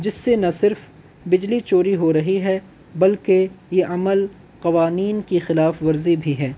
جس سے نہ صرف بجلی چوری ہو رہی ہے بلکہ یہ عمل قوانین کے خلاف ورزی بھی ہے